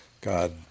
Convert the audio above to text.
God